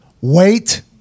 Wait